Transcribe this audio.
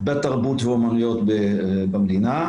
בתרבות ואמנויות במדינה,